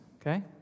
okay